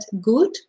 good